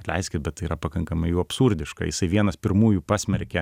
atleiskit bet tai yra pakankamai jau absurdiška jisai vienas pirmųjų pasmerkė